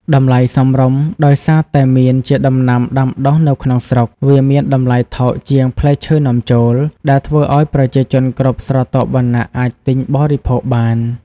តម្លៃសមរម្យ ដោយសារតែមៀនជាដំណាំដាំដុះនៅក្នុងស្រុក វាមានតម្លៃថោកជាងផ្លែឈើនាំចូល ដែលធ្វើឲ្យប្រជាជនគ្រប់ស្រទាប់វណ្ណៈអាចទិញបរិភោគបាន។